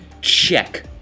check